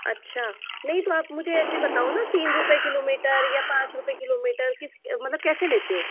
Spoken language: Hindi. अच्छा नहीं तो आप मुझे ऐसे बताओ ना तीन रुपए किलोमीटर या पाँच रुपए किलोमीटर किस मतलब कैसे लेते हो